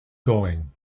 going